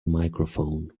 microphone